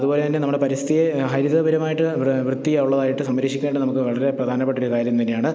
അതുപോലെതന്നെ നമ്മുടെ പരിസ്ഥിതിയെ ഹരിതപരമായിട്ട് വൃത്തി ഉള്ളതായിട്ട് സംരക്ഷിക്കേണ്ടത് നമുക്ക് വളരെ പ്രധാനപ്പെട്ട ഒരു കാര്യം തന്നെയാണ്